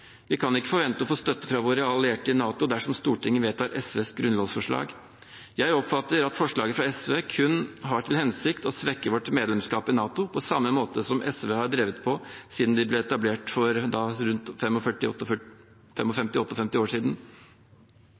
Vi kan ikke forvente å få støtte fra våre allierte i NATO dersom Stortinget vedtar SVs grunnlovsforslag. Jeg oppfatter at forslaget fra SV kun har til hensikt å svekke vårt medlemskap i NATO, på samme måte som SV har drevet på siden de ble etablert for rundt